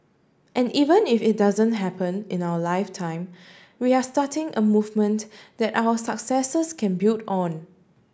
and even if it doesn't happen in our lifetime we are starting a movement that our successors can build on